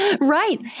Right